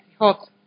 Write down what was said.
hot